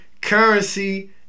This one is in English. Currency